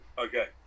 Okay